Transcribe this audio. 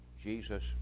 Jesus